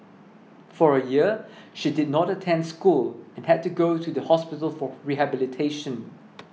for a year she did not attend school had to go to the hospital for rehabilitation